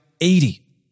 eighty